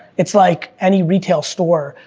it's like, any retail store,